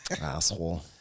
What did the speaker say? Asshole